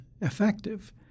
effective